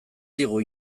digu